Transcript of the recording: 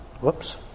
Whoops